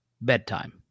Bedtime